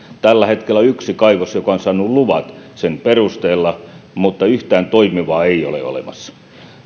tällä hetkellä on yksi kaivos joka on saanut luvat sen perusteella mutta yhtään toimivaa ei ole olemassa